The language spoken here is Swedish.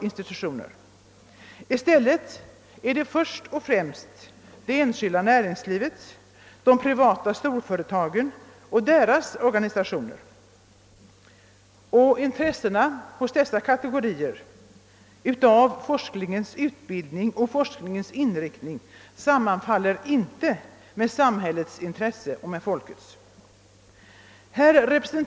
Det är först och främst institutioner i det enskilda näringslivet, de privata storföretagen och deras organisationer — och deras intressen av forskningens utveckling och inriktning sammanfaller inte med samhällets och folkets intressen.